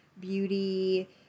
beauty